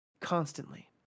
Constantly